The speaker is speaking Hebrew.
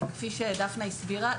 כפי שדפנה הסבירה,